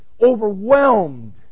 overwhelmed